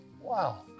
Wow